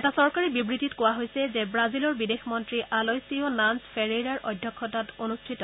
এটা চৰকাৰী বিবৃতিত কোৱা হৈছে যে ৱাজিলৰ বিদেশ মন্ত্ৰী আলয়ছিঅ' নান্ছ ফেৰেইৰাৰ অধ্যক্ষতাত অনূষ্ঠিত